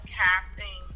casting